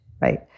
Right